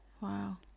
Wow